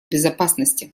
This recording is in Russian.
безопасности